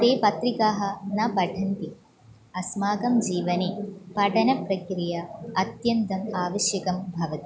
ते पत्रिकाः न पठन्ति अस्माकं जीवने पठनप्रक्रिया अत्यन्तम् आवश्यकं भवति